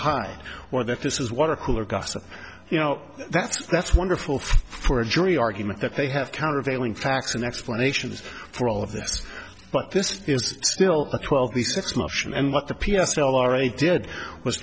hide or that this is water cooler gossip you know that's that's wonderful for a jury argument that they have countervailing facts and explanations for all of this but this is still a twelve six motion and what the p s l already did was